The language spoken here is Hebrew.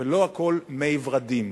ולא הכול מי ורדים,